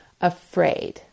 afraid